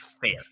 fair